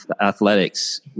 athletics